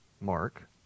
Mark